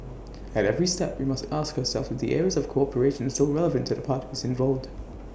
at every step we must ask ourselves the areas of cooperation still relevant to the parties involved